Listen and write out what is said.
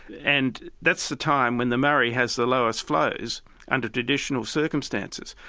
and that's the time when the murray has the lowest flows under traditional circumstances.